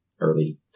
early